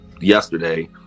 yesterday